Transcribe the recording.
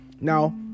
Now